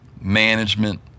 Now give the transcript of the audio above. management